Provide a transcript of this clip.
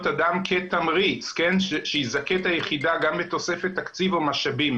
אדם כתמריץ שיזכה את היחידה בתוספת תקציב או משאבים.